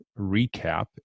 recap